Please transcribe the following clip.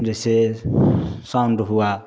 जैसे साउंड हुआ